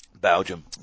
Belgium